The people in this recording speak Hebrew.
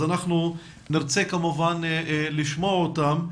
אז אנחנו נרצה כמובן לשמוע אותם.